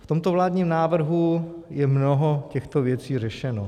V tomto vládním návrhu je mnoho těchto věcí řešeno.